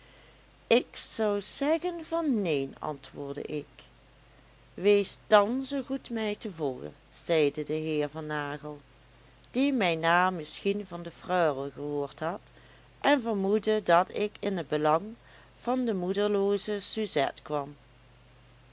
ik zou zeggen van neen antwoordde ik wees dan zoo goed mij te volgen zeide de heer van nagel die mijn naam misschien van de freule gehoord had en vermoedde dat ik in het belang van de moederlooze suzette kwam